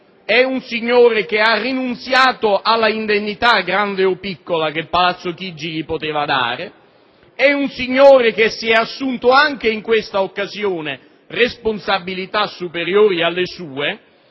è un signore che ha rinunciato all'indennità, grande o piccola, che Palazzo Chigi poteva dargli; è un signore che si è assunto, anche in questa occasione, responsabilità superiori alle sue,